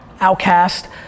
outcast